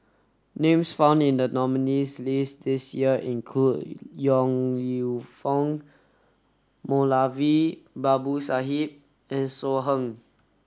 names found in the nominees' list this year include Yong Lew Foong Moulavi Babu Sahib and So Heng